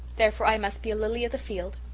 therefore, i must be a lily of the field,